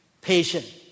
patient